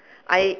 I